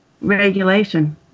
regulation